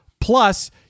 Plus